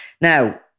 Now